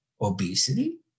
Obesity